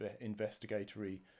investigatory